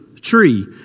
tree